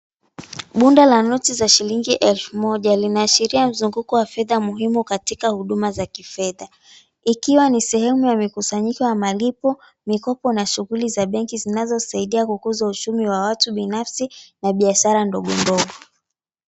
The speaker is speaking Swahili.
Bunda la noti za shilingi elfu moja linaashiria mzunguko wa fedha muhimu katika huduma za kifedha, ikiwa ni sehemu ya mkusanyiko wa malipo, mikopo na shughuli za benki zinazosaidia kukuza uchumi wa watu binafsi na biashara ndogo ndogo.